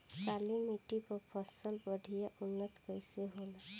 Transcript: काली मिट्टी पर फसल बढ़िया उन्नत कैसे होला?